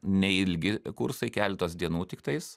neilgi kursai keletas dienų tiktais